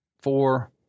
four